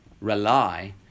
rely